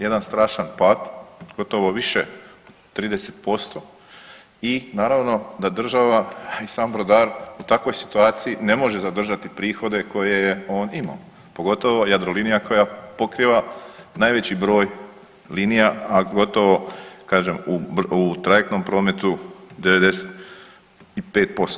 Jedan strašan pad, gotovo više 30% i naravno da država i sam brodar u takvoj situaciji ne može zadržati prihode koje je on imao, pogotovo Jadrolinija koja pokriva najveći broj linija, a gotovo kažem u trajektnom prometu 95%